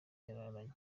yararanye